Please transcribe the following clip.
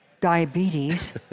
diabetes